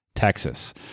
Texas